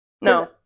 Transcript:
No